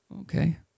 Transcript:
Okay